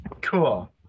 cool